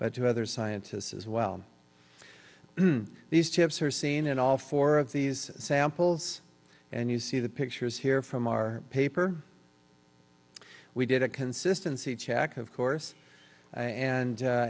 but to other scientists as well these chips are seen in all four of these samples and you see the pictures here from our paper we did a consistency check of course and